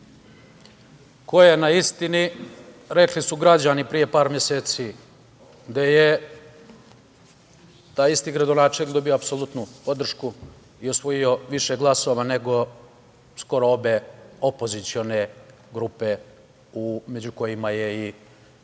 Ko je na istini rekli su građani pre par meseci, gde je taj isti gradonačelnik dobio apsolutnu podršku i osvojio više glasova nego skoro obe opozicione grupe među kojima je i